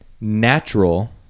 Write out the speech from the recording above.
natural